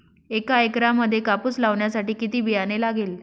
एका एकरामध्ये कापूस लावण्यासाठी किती बियाणे लागेल?